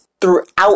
throughout